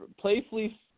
playfully